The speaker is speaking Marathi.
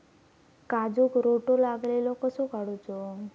काजूक रोटो लागलेलो कसो काडूचो?